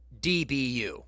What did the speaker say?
DBU